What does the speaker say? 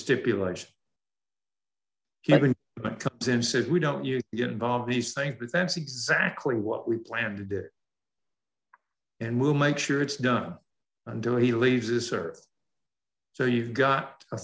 stipulation given since if we don't you get involved these things but that's exactly what we plan to do and we'll make sure it's done until he leaves us or so you've got a